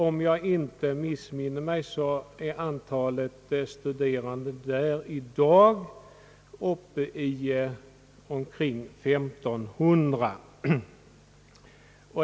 Om jag inte missminner mig är antalet studerande där i dag uppe i omkring 1500.